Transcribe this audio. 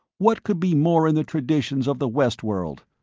what could be more in the traditions of the west-world?